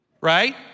right